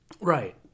right